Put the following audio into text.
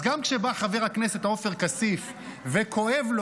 אז גם כשבא חבר הכנסת עופר כסיף וכואב לו